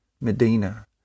Medina